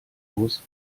los